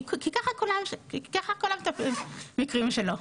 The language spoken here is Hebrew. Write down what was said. כי ככה כל המקרים שלו.